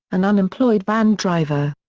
an unemployed van driver.